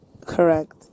Correct